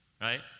right